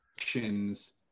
actions